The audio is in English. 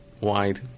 wide